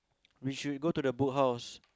we should go to the Book House